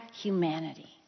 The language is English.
humanity